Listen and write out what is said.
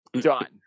Done